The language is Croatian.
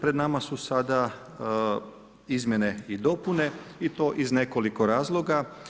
Pred nama su sada izmjene i dopune i to iz nekoliko razloga.